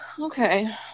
Okay